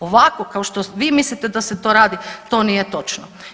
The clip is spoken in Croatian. Ovako, kao što vi mislite da se to radi, to nije točno.